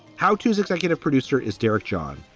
how tos executive producer is derek john,